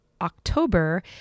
October